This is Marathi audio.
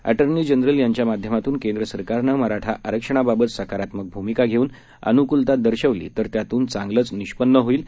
अर्ट्री जनरल यांच्या माध्यमातून केंद्र सरकारनं मराठा आरक्षणाबाबत सकारात्मक भूमिका घेऊन अनुकूलता दर्शवली तर त्यातून चांगलंच निष्पन्न होईल